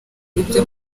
ibyo